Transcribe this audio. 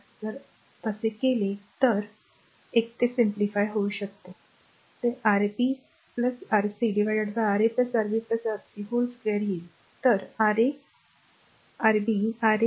जर तसे केले तर a a a R a R a a आणि सरलीकृत केल्यास a Rb Rc Ra Rb Rcwhole square येईल